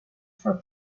for